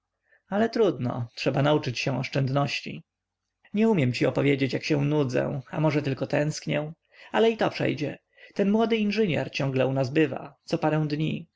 ale trudno trzeba nauczyć się oszczędności nie umiem ci opowiedzieć jak się nudzę a może tylko tęsknię ale i to przejdzie ten młody inżynier ciągle u nas bywa co parę dni